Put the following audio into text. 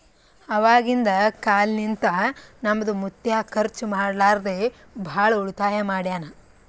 ಅವಾಗಿಂದ ಕಾಲ್ನಿಂತ ನಮ್ದು ಮುತ್ಯಾ ಖರ್ಚ ಮಾಡ್ಲಾರದೆ ಭಾಳ ಉಳಿತಾಯ ಮಾಡ್ಯಾನ್